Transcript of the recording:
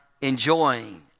enjoying